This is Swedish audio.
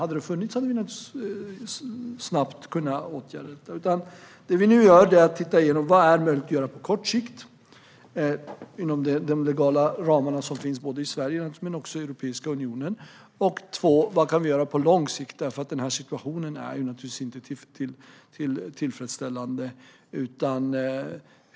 Om det hade funnits hade vi naturligtvis snabbt kunnat åtgärda detta. Vi tittar nu igenom vad som kan göras på kort sikt inom de legala ramar som finns i Sverige och i Europeiska unionen. Sedan tittar vi på vad som kan göras på lång sikt. Situationen är naturligtvis inte tillfredsställande.